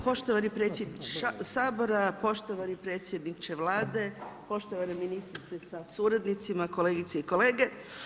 Poštovani predsjedniče Sabora, poštovani predsjedniče Vlade, poštovana ministrice sa suradnicima, kolegice i kolege.